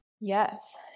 Yes